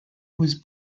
was